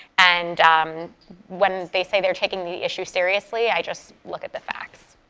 and um when they say they're taking the issue seriously, i just look at the facts.